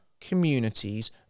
communities